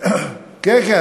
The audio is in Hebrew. כן כן,